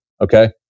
Okay